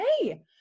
Hey